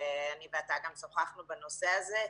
אני ואתה גם שוחחנו בנושא הזה.